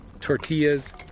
Tortillas